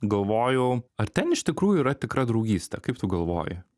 galvojau ar ten iš tikrųjų yra tikra draugystė kaip tu galvoji